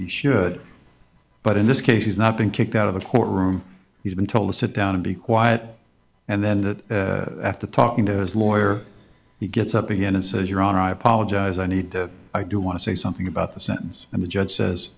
he should but in this case he's not been kicked out of the courtroom he's been told to sit down and be quiet and then that after talking to his lawyer he gets up again and says your honor i apologize i need to i do want to say something about the sentence and the judge s